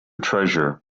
treasure